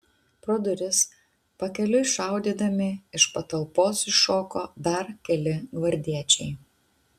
pro duris pakeliui šaudydami iš patalpos iššoko dar keli gvardiečiai